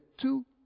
two